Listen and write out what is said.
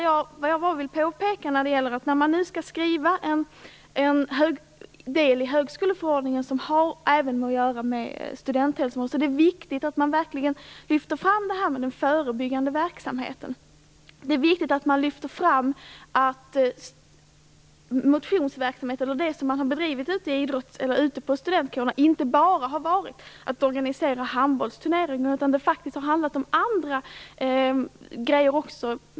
Jag vill påpeka att det är viktigt, när man nu skall skriva en del av högskoleförordningen som har att göra med studenthälsovården, att man verkligen lyfter fram den förebyggande verksamheten. Det är viktigt att man lyfter fram att den verksamhet som har bedrivits på studentkårerna inte bara har handlat om att organisera handbollsturneringar, utan faktiskt om andra saker också.